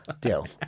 Deal